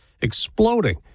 exploding